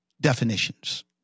definitions